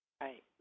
Right